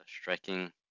striking